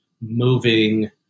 moving